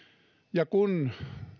ja kun